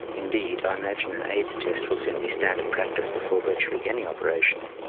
indeed, i imagine an aids test will soon be standard practice before virtually any operation.